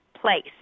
place